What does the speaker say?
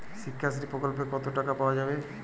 শিক্ষাশ্রী প্রকল্পে কতো টাকা পাওয়া যাবে?